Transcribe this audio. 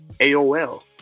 AOL